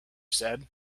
said